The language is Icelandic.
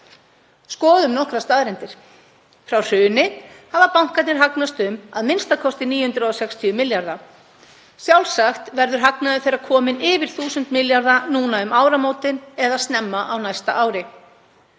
Skoðum nokkrar staðreyndir: Frá hruni hafa bankarnir hagnast um a.m.k. 960 milljarða. Sjálfsagt verður hagnaður þeirra kominn yfir 1.000 milljarða núna um áramótin eða snemma á næsta ári.